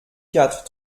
quatre